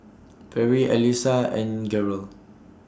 Fairy Allyssa and Garold